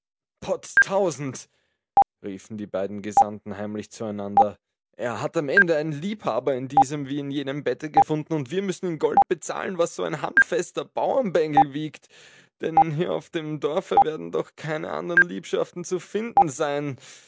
potztausend riefen die beiden gesandten heimlich zueinander er hat am ende einen liebhaber in diesem wie in jenem bette gefunden und wir müssen in gold bezahlen was so ein handfester bauernbengel wiegt denn hier auf dem dorfe werden doch keine andern liebschaften zu finden sein